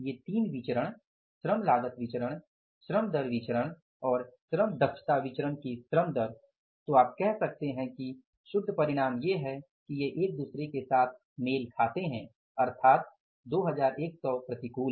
ये 3 विचरण श्रम लागत विचरण श्रम दर विचरण और श्रम दक्षता विचरण की श्रम दर तो आप कह सकते हैं कि शुद्ध परिणाम यह है कि ये एक दूसरे के साथ मेल खाते है अर्थात 2100 प्रतिकूल